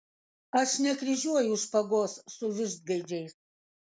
aš nekryžiuoju špagos su vištgaidžiais